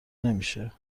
نمیشه